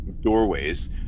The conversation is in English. doorways